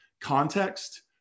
Context